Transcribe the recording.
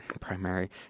primary